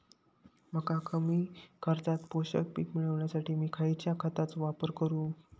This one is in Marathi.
मका कमी खर्चात पोषक पीक मिळण्यासाठी मी खैयच्या खतांचो वापर करू?